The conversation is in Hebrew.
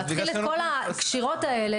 להתחיל לפרום את כל הקשירות האלה.